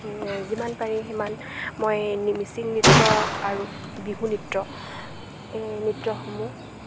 যিমান পাৰি সিমান মই মিচিং নৃত্য আৰু বিহু নৃত্য এই নৃত্যসমূহ